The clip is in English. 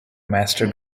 master